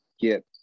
get